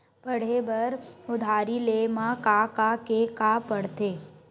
पढ़े बर उधारी ले मा का का के का पढ़ते?